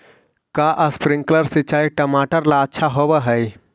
का स्प्रिंकलर सिंचाई टमाटर ला अच्छा होव हई?